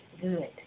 good